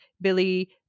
Billy